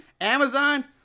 Amazon